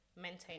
maintain